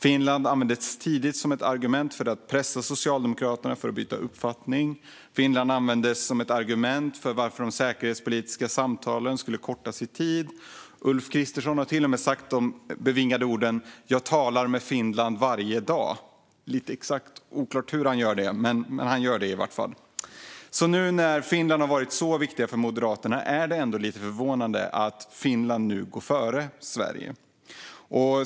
Finland användes tidigt som ett argument för att pressa Socialdemokraterna att byta uppfattning. Finland användes som ett argument för att de säkerhetspolitiska samtalen skulle kortas i tid. Ulf Kristersson har till och med sagt de bevingade orden "Jag talar med Finland varje dag" - det är lite oklart exakt hur han gör detta, men han gör det i alla fall. När Finland har varit så viktiga för Moderaterna är det lite förvånande att Finland nu går före Sverige.